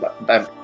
Bye